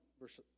verse